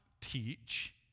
teach